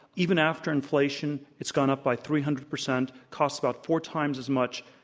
even after inflation, it's gone up by three hundred percent. costs about four times as much.